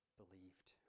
believed